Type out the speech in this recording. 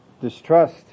distrust